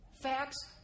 Facts